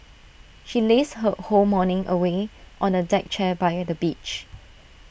she lazed her whole morning away on A deck chair by the beach